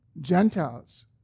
Gentiles